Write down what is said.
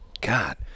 God